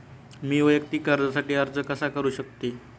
मी वैयक्तिक कर्जासाठी अर्ज कसा करु शकते?